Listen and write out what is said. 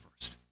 first